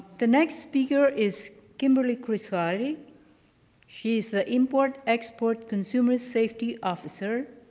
the next speaker is kimberly cressotti she's the import export consumer safety officer,